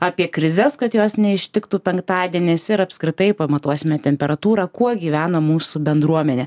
apie krizes kad jos neištiktų penktadieniais ir apskritai pamatuosime temperatūrą kuo gyvena mūsų bendruomenė